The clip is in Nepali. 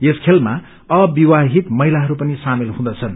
यस खेलमा अविवाहित महिलाहरू पनि समेल हुँदछन्